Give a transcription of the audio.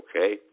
Okay